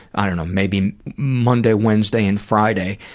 i don't know, maybe monday, wednesday and friday,